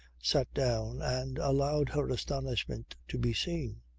sat down and allowed her astonishment to be seen.